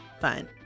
fun